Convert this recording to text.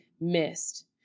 missed